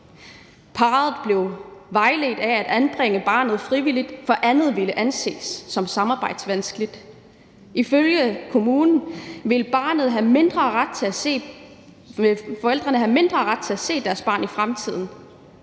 Parret blev vejledt til at lade barnet anbringe frivilligt, for andet ville blive anset som samarbejdsvanskeligt. Ifølge kommunen ville forældrene have mindre ret til at se deres barn i fremtiden.